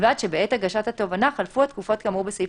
ובלבד שבעת הגשת התובענה חלפו התקופות כאמור בסעיף